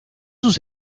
sus